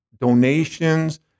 donations